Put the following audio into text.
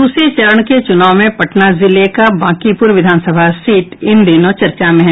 दूसरे चरण के चुनाव में पटना जिले का बांकीपुर विधान सभा सीट इन दिनों चर्चा में है